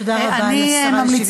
תודה רבה לשרה לשוויון חברתי.